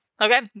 Okay